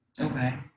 Okay